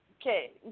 Okay